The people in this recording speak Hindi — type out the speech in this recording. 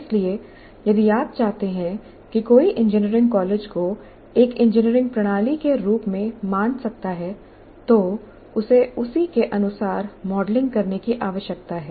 इसलिए यदि आप चाहते हैं कि कोई इंजीनियरिंग कॉलेज को एक इंजीनियरिंग प्रणाली के रूप में मान सकता है तो उसे उसी के अनुसार मॉडलिंग करने की आवश्यकता है